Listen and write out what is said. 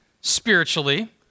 spiritually